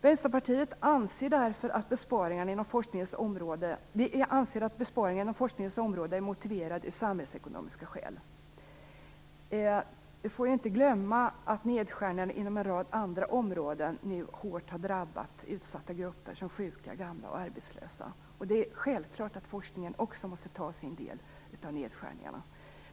Vänsterpartiet anser att besparingar inom forskningens område är motiverade av samhällsekonomiska skäl. Vi får inte glömma att nedskärningar på en rad andra områden nu hårt har drabbat utsatta grupper såsom sjuka, gamla och arbetslösa. Det är självklart att forskningen också måste ta sin del av nedskärningarna.